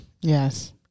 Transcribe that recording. Yes